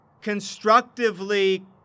constructively